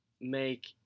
make